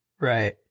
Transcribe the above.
right